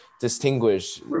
distinguish